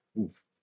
oof